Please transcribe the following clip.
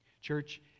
Church